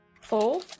Four